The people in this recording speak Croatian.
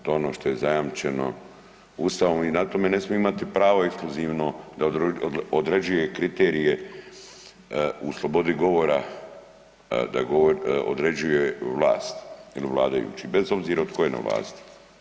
To je ono što je zajamčeno Ustavom i na tome ne smije imati pravo ekskluzivno da određuje kriterije u slobodi govora da određuje vlast ili vladajući bez obzira tko je na vlasti.